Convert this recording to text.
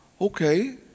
okay